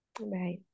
Right